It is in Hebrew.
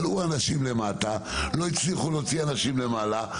כלאו אנשים למטה, לא הצליחו להוציא אנשים למעלה.